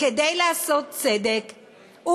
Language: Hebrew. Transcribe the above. כדי לעשות צדק,